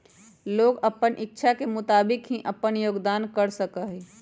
लोग अपन इच्छा के मुताबिक ही अपन योगदान कर सका हई